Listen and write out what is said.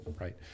Right